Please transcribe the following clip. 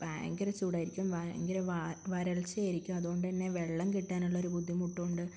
ഭയങ്കരം ചൂടായിരിക്കും ഭയങ്കരം വരൾച്ചയായിരിക്കും അതുകൊണ്ടുതന്നെ വെള്ളം കിട്ടാനുള്ളൊരു ബുദ്ധിമുട്ടുമുണ്ട്